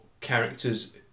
characters